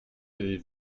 avez